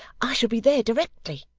i shall be there directly